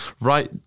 right